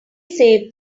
save